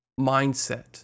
mindset